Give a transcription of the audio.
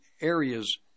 areas